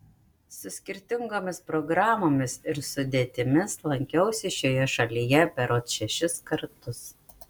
su skirtingomis programomis ir sudėtimis lankiausi šioje šalyje berods šešis kartus